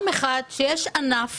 ראשית, יש ענף